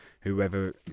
whoever